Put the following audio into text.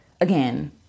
Again